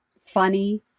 funny